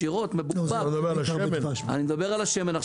אני מדבר על השמן.